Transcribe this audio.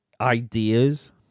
ideas